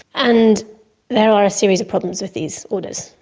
and there are a series of problems with these orders.